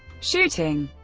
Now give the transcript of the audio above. shooting